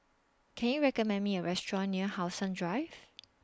Can YOU recommend Me A Restaurant near How Sun Drive